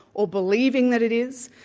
or believing that it is.